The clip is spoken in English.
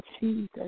Jesus